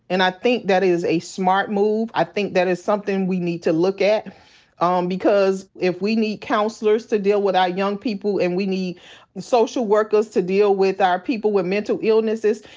and i think that is a smart move. i think that is something we need to look at um because if we need counselors to deal with our young people and we need social workers to deal with our people with mental illnesses,